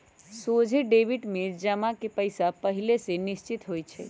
सोझे डेबिट में जमा के पइसा पहिले से निश्चित होइ छइ